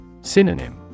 Synonym